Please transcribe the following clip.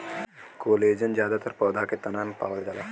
collagen जादातर पौधा के तना में पावल जाला